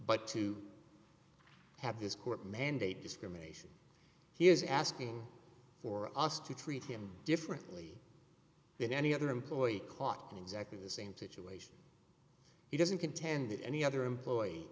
but to have this court mandate discrimination he is asking for us to treat him differently than any other employee caught in exactly the same situation he doesn't contend that any other employee